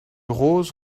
rose